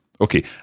Okay